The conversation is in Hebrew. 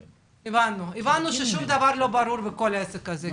הבנו ששום דבר לא ברור בכל העסק הזה.